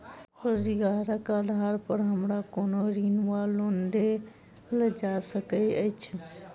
रोजगारक आधार पर हमरा कोनो ऋण वा लोन देल जा सकैत अछि?